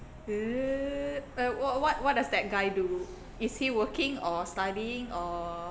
err what what what does that guy do is he working or studying or